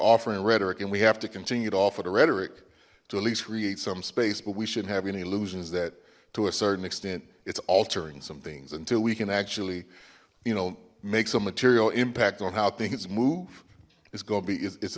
offering rhetoric and we have to continue to offer the rhetoric to at least create some space but we shouldn't have any illusions that to a certain extent it's altering some things until we can actually you know make some material impact on how things move it's gonna be it's